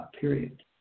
period